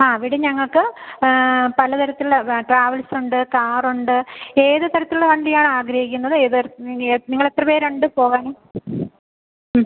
ആ അവിടെ ഞങ്ങൾക്ക് പല തരത്തിലുള്ള ട്രാവൽസുണ്ട് കാറുണ്ട് ഏത് തരത്തിലുള്ള വണ്ടിയാണാഗ്രഹിക്കുന്നത് ഏത് തരം ഇനി നിങ്ങളെത്ര പേരുണ്ട് പോകാന് ഉം